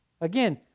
Again